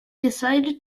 decided